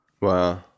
Wow